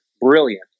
brilliant